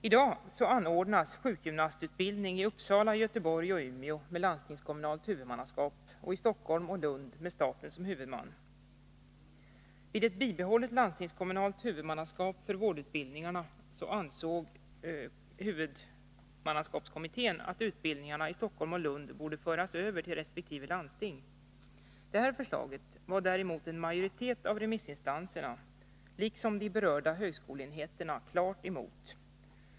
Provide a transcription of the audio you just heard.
I dag anordnas sjukgymnastutbildning i Uppsala, Göteborg och Umeå med landstingskommunalt huvudmannaskap, och i Stockholm och Lund med staten som huvudman. Vid ett bibehållet landstingskommunalt huvudmannaskap för vårdutbildningarna ansåg huvudmannaskapskommittén att utbildningarna i Stockholm och Lund borde föras över till resp. landsting. Detta förslag var däremot en majoritet av remissinstanserna, liksom de berörda högskoleenheterna, klart emot.